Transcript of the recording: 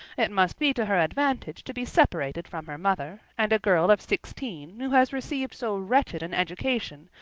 it must be to her advantage to be separated from her mother, and a girl of sixteen who has received so wretched an education,